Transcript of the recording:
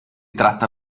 tratta